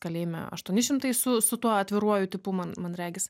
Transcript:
kalėjime aštuoni šimtai su su tuo atviruoju tipu man man regis